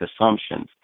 assumptions